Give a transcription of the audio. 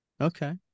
okay